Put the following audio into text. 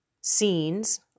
scenes